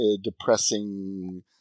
depressing